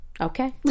Okay